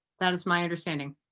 that is my understanding.